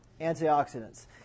antioxidants